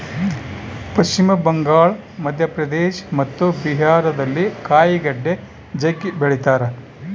ಪಶ್ಚಿಮ ಬಂಗಾಳ, ಮಧ್ಯಪ್ರದೇಶ ಮತ್ತು ಬಿಹಾರದಲ್ಲಿ ಕಾಯಿಗಡ್ಡೆ ಜಗ್ಗಿ ಬೆಳಿತಾರ